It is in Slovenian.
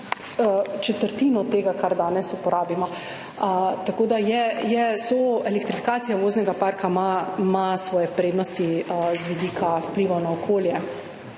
četrtino tega, kar uporabimo danes. Elektrifikacija voznega parka ima svoje prednosti z vidika vplivov na okolje,